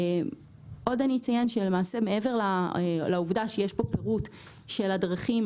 עוד אני אציין שלמעשה מעבר לעובדה שיש כאן פירוט של הדרכים,